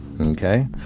Okay